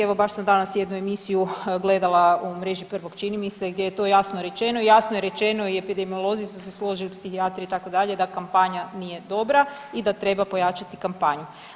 Evo baš sam danas jednu emisiju gledala u Mreži prvog čini mi se gdje je to jasno rečeno, jasno je rečeno i epidemiolozi su se složili, psihijatri itd. da kampanja nije dobra i da treba pojačati kampanju.